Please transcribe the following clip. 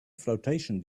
flotation